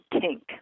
kink